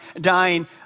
dying